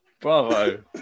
Bravo